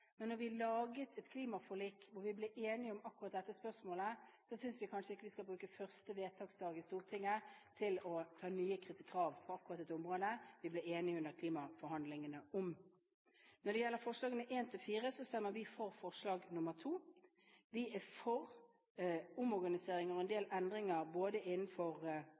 men da vi laget et klimaforlik, hvor vi ble enige om akkurat dette spørsmålet, synes vi ikke vi skal bruke første vedtaksdag i Stortinget til å stille nye krav på dette området som vi ble enige om under klimaforhandlingene. Når det gjelder forslagene nr. 1–4, så stemmer vi for forslag nr. 2. Vi er for omorganiseringer og en del endringer både innenfor